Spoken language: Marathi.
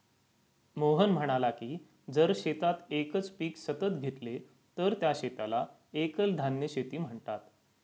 मोहन म्हणाला की जर शेतात एकच पीक सतत घेतले तर त्या शेताला एकल धान्य शेती म्हणतात